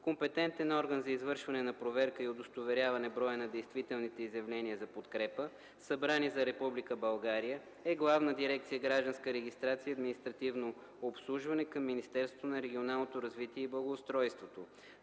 компетентен орган за извършване на проверка и удостоверяване броя на действителните изявления за подкрепа, събрани за Република България, е Главна дирекция „Гражданска регистрация и административно обслужване” към Министерството на регионалното развитие и благоустройството.